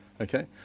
Okay